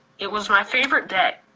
it was my favorite day.